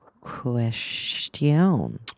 question